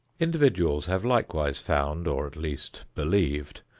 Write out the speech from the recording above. individuals have likewise found, or at least believed,